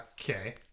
Okay